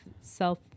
self